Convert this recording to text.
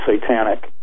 satanic